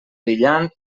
brillant